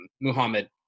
muhammad